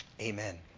amen